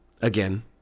Again